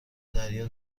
دریا